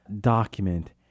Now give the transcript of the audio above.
document